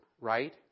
Right